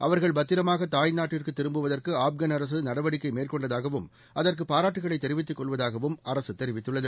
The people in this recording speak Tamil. அவர்கள் பத்திரமாகதாய்நாட்டிற்குத் திரும்புவதற்குஆப்கான் அரசுநடவடிக்கைமேற்கொண்டதாகவும் அகுற்குபாராட்டுக்களைத் தெரிவித்துக் கொள்வதாகவம் அரசுதெரிவித்துள்ளது